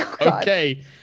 Okay